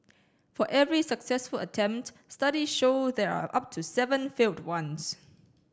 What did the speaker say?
for every successful attempt study show there are up to seven failed ones